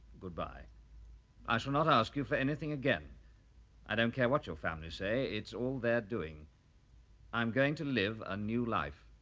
goodbye i shall not ask you for anything again i don't care what your family say it's all their doing i'm going to live a new life